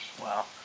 Wow